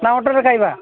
ନାଁ ହୋଟେଲ୍ରେ ଖାଇବା